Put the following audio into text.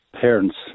parents